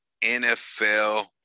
NFL